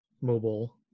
mobile